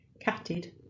catted